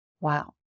Wow